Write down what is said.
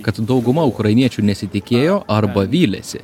kad dauguma ukrainiečių nesitikėjo arba vylėsi